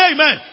Amen